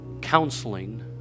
Counseling